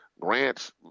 Grant's